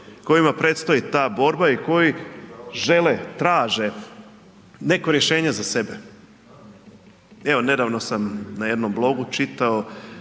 kojima predstoji ta borba i koji žele, traže neko rješenje za sebe. Evo nedavno sam na jednom blogu čitao